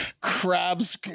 crabs